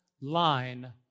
line